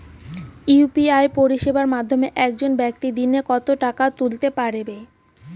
UPI পরিষেবার মাধ্যমে একজন ব্যাক্তি দিনে কত টাকা তুলতে পারবে?